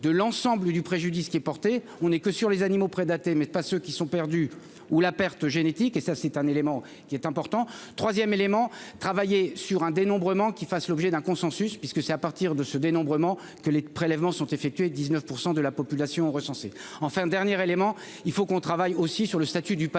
de l'ensemble du préjudice qui est porté, on est que sur les animaux prédatés mais pas ceux qui sont perdus ou la perte génétique et ça c'est un élément qui est important 3ème élément travailler sur un dénombrement qui fasse l'objet d'un consensus, puisque c'est à partir de ce dénombrement que les prélèvements sont effectués 19 % de la population recensée enfin dernier élément, il faut qu'on travaille aussi sur le statut du Patou